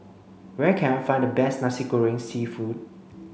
where can I find the best Nasi Goreng Seafood